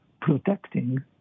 protecting